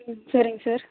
சரிங்க சார்